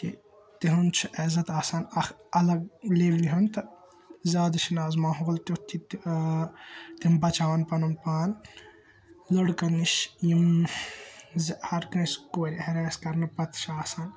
تہٕ تِہُنٛد چھُ عزَت آسان اَکھ اَلَگ لیٚولہِ ہُنٛد تہٕ زیادٕ چھُنہٕ اَز ماحول تیُتھ تِم بَچاوَن پَنُن پان لٔڑکَن نِش یِم زِ ہر کٲنٛسہِ کورِ ہِراس کَرنہٕ پَتہٕ چھِ آسان